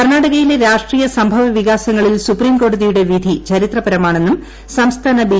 കർണാടകയിലെ രാഷ്ട്രീയ സംഭവ വികാസങ്ങളിൽ സുപ്രീംകോടതിയുടെ വിധി ചരിത്രപരമാണെന്നും സംസ്ഥാന ബി